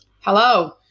Hello